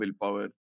willpower